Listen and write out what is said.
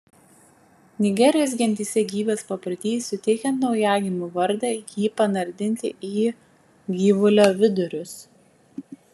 nigerijos gentyse gyvas paprotys suteikiant naujagimiui vardą jį panardinti į gyvulio vidurius